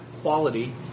quality